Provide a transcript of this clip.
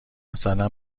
مثلا